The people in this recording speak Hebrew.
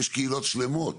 יש קהילות שלמות,